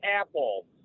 apple